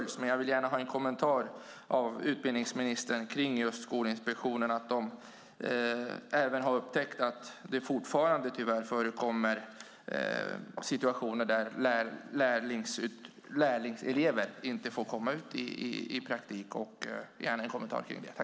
Jag vill gärna ha en kommentar från utbildningsministern om just Skolinspektionen och att man där har upptäckt att det fortfarande förekommer att lärlingselever inte får komma ut i praktik. Jag vill gärna ha en kommentar om detta.